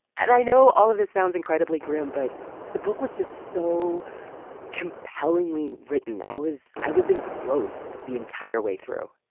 and i know all of this sounds incredibly grim, but the book was just so compellingly written. i was i was engrossed the entire way through